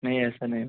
नहीं ऐसा नहीं है